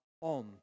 on